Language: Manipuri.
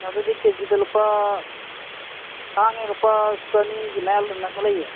ꯑꯗꯨꯗꯤ ꯀꯦꯖꯤꯗ ꯂꯨꯄꯥ ꯇꯥꯡꯉꯦ ꯂꯨꯄꯥ ꯆꯅꯤꯒꯤ ꯃꯌꯥ ꯅꯛꯅ ꯂꯩꯌꯦ